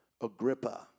Agrippa